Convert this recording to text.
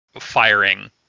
firing